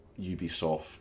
Ubisoft